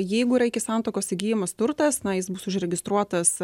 jeigu yra iki santuokos įgyjamas turtas na jis bus užregistruotas